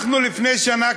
לפני שנה,